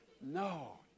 No